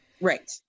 Right